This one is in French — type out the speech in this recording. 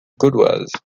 gauloise